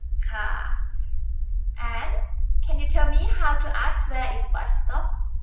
ah and can you tell me how to ask where is bus stop?